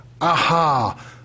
aha